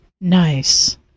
nice